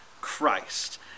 Christ